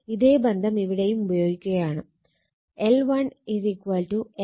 ഇതേ ബന്ധം ഇവിടെയും ഉപയോഗിക്കുകയാണ് L1 N1 ∅1 i1